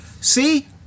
See